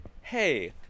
hey